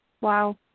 Wow